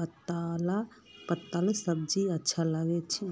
पत्तार सब्जी अच्छा लाग छ